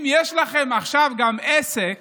אם יש לכם עכשיו גם עסק